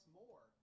more